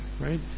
right